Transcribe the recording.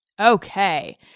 okay